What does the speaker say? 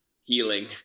healing